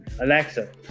Alexa